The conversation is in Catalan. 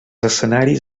escenaris